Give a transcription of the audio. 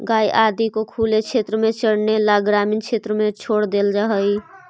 गाय आदि को खुले क्षेत्र में चरने ला ग्रामीण क्षेत्र में छोड़ देल जा हई